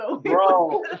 Bro